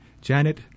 Janet